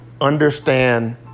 understand